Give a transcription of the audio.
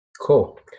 Cool